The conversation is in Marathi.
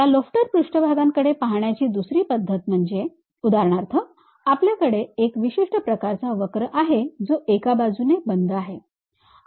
या लोफ्टर पृष्ठभागांकडे पाहण्याची दुसरी पद्धत म्हणजे उदाहरणार्थ आपल्याकडे एक विशिष्ट प्रकारचा वक्र आहे जो एका बाजूने बंद आहे